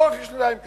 לא רק לשנתיים קדימה.